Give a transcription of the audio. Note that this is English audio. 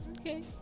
Okay